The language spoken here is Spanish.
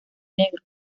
negros